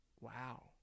Wow